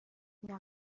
نقل